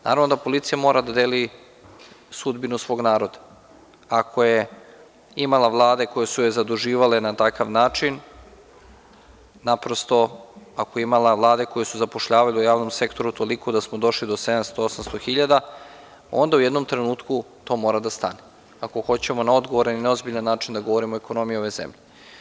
Naravno, da policija mora da deli sudbinu svog naroda, ako je imala vlade koje su zaduživale na takav način, naprosto ako je imala vlade koje su zapošljavale u javnom sektoru toliko da smo došli do 700, 800 hiljada, onda u jednom trenutku to mora da stane ako hoćemo na odgovoran i ozbiljan način da govorimo o ekonomiji ove zemlje.